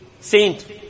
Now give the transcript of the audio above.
saint